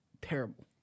Terrible